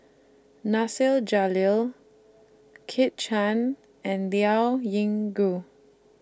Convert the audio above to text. Nasir Jalil Kit Chan and Liao Yingu